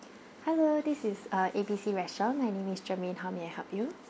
hello this is uh A B C restaurant my name is germaine how may I help you